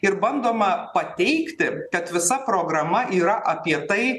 ir bandoma pateikti kad visa programa yra apie tai